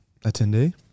attendee